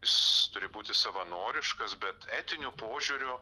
jis turi būti savanoriškas bet etiniu požiūriu